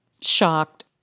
shocked